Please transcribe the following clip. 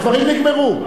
הדברים נגמרו.